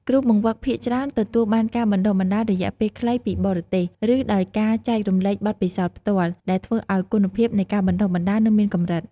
គ្រូបង្វឹកភាគច្រើនទទួលបានការបណ្តុះបណ្តាលរយៈពេលខ្លីពីបរទេស ឬដោយការចែករំលែកបទពិសោធន៍ផ្ទាល់ ដែលធ្វើឱ្យគុណភាពនៃការបណ្តុះបណ្តាលនៅមានកម្រិត។